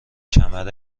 کمر